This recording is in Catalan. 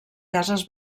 cases